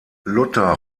luther